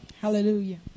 Hallelujah